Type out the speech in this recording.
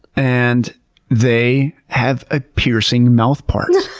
and they have a piercing mouth part,